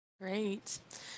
Great